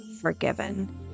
forgiven